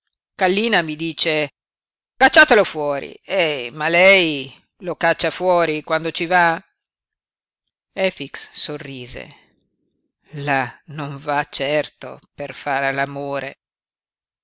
kallina mi dice cacciatelo fuori ma lei lo caccia fuori quando ci va efix sorrise là non va certo per far